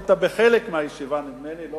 נדמה לי שהיית בחלק מהישיבה,